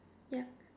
yup